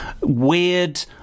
weird